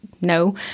no